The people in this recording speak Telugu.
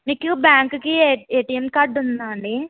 మీకు బ్యాంకుకి ఏ ఏటీఎం కార్డు ఉందా అండి